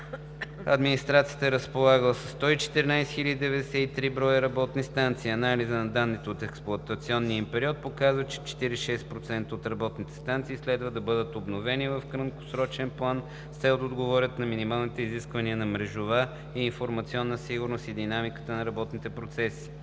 администрацията е разполагала общо със 114 093 броя работни станции. Анализът на данните от експлоатационния им период показва, че 46% от работните станции следва да бъдат обновени в краткосрочен план с цел да отговарят на минималните изисквания на мрежовата и информационната сигурност и динамиката на работните процеси.